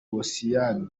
posiyani